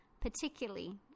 particularly